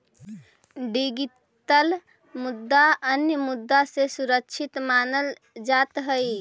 digital मुद्रा अन्य मुद्रा से सुरक्षित मानल जात हई